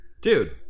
Dude